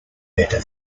better